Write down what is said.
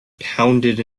pounded